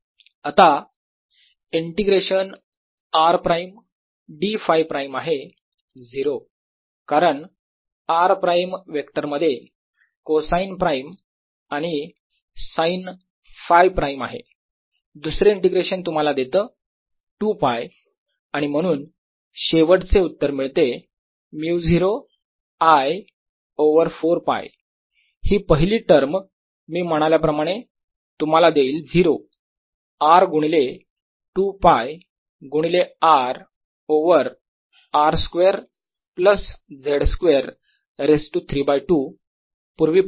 आता integration r prime dΦ prime आहे 0 कारण r प्राईम वेक्टर मध्ये कोसाईन प्राईम आणि साईन Φ प्राईम आहे दुसरे इंटिग्रेशन तुम्हाला देतं 2 π आणि म्हणून शेवटचे उत्तर मिळते μ0 I ओवर 4π हि पहिली टर्म मी म्हणाल्याप्रमाणे तुम्हाला देईल 0 R गुणिले 2 π गुणिले R over R square plus z square raise to 3 by 2 पूर्वीप्रमाणेच